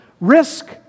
Risk